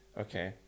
Okay